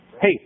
Hey